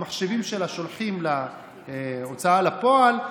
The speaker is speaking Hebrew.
המחשבים שלה שולחים להוצאה לפועל,